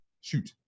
Shoot